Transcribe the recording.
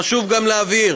חשוב גם להבהיר: